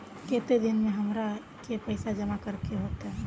केते दिन में हमरा के पैसा जमा करे होते?